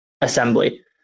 assembly